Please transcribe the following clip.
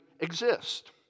exist